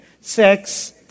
sex